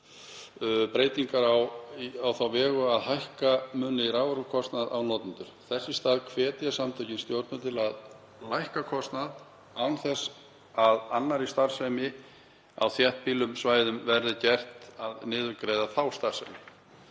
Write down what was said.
breytingar á þá vegu að hækka til muna raforkukostnað á notendur. Þess í stað hvetja samtökin stjórnvöld til að lækka kostnað án þess að annarri starfsemi á þéttbýlum svæðum verði gert að niðurgreiða þá starfsemi.“